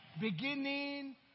Beginning